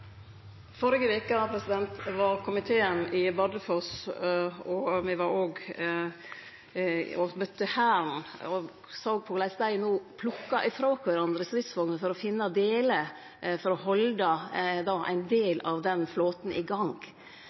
var komiteen i Bardufoss og møtte Hæren. Me såg korleis dei no plukkar frå kvarandre stridsvogner for å finne delar for å halde ein del av flåten i gang.